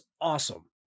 awesome